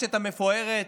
מהמורשת המפוארת